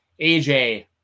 AJ